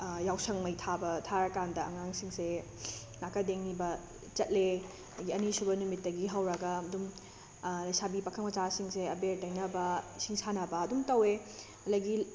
ꯌꯥꯎꯁꯪ ꯃꯩ ꯊꯥꯕ ꯊꯥꯔꯀꯥꯟꯗ ꯑꯉꯥꯡꯁꯤꯡꯁꯦ ꯅꯥꯀꯗꯦꯡ ꯅꯤꯕ ꯆꯠꯂꯦ ꯑꯗꯨꯗꯒꯤ ꯑꯅꯤꯁꯨꯕ ꯅꯨꯃꯤꯠꯇꯒꯤ ꯍꯧꯔꯒ ꯑꯗꯨꯝ ꯂꯩꯁꯥꯕꯤ ꯄꯥꯈꯪꯃꯆꯥꯁꯤꯡꯁꯦ ꯑꯕꯦꯔ ꯇꯩꯅꯕ ꯏꯁꯤꯡ ꯁꯥꯟꯅꯕ ꯑꯗꯨꯝ ꯇꯧꯏ ꯑꯗꯨꯗꯒꯤ